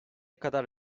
kadar